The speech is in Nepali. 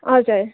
हजुर